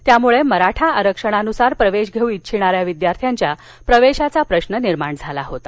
त्यामुळे मराठा आरक्षणानुसार प्रवेश घेऊ इष्छिणाऱ्या विद्यार्थ्यांच्या प्रवेशाचा प्रश्न निर्माण झाला होता